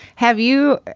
have you.